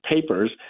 papers